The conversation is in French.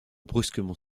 brusquement